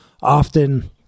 often